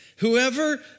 Whoever